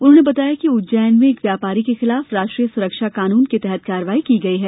उन्होंने बताया कि उज्जैन में एक व्यापारी के खिलाफ राष्ट्रीय सुरक्षा कानून के तहत कार्रवाई की गई है